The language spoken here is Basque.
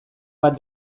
bat